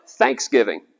Thanksgiving